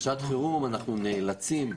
בשעת חירום אנחנו נאלצים,